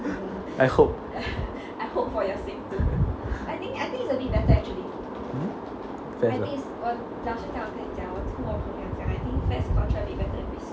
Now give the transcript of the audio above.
I hope